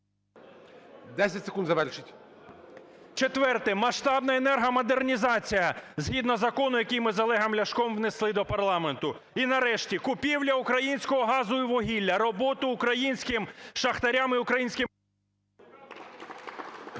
10 секунд, завершіть. ГАЛАСЮК В.В. Четверте. Масштабна енергомодернізація, згідно закону, який ми з Олегом Ляшком внесли до парламенту. І, нарешті, купівля українського газу і вугілля, роботу українським шахтарям і українським…